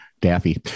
Daffy